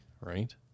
right